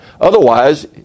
Otherwise